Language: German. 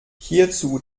hierzu